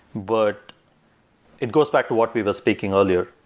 but it goes back to what we were speaking earlier.